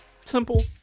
Simple